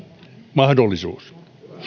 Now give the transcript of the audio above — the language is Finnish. mahdollisuus